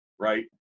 right